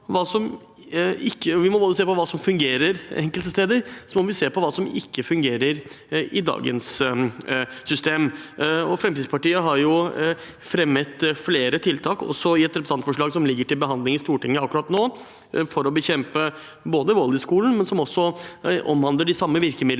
da må vi se på hva som fungerer enkelte steder, og vi må se på hva som ikke fungerer i dagens system. Fremskrittspartiet har fremmet flere tiltak, også i et representantforslag som ligger til behandling i Stortinget akkurat nå, for å bekjempe vold i skolen, men som også omhandler de samme virkemidlene